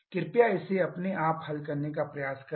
कृपया इसे अपने आप हल करने का प्रयास करें